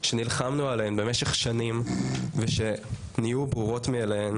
שנלחמנו עליהן במשך שנים ושנהיו ברורות מאליהן